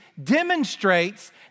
demonstrates